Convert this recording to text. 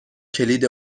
کلید